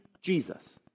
Jesus